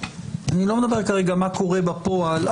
אני לא מדבר כרגע מה קורה בפועל,